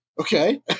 Okay